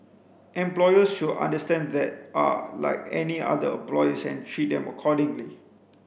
employers should understand that are like any other employees and treat them accordingly